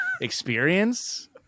experience